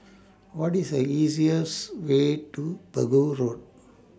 What IS The easiest Way to Pegu Road